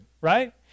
right